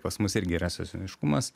pas mus irgi yra sezoniškumas